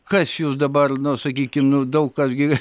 kas jus dabar nu sakykim nu daug kas gi